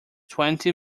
twenty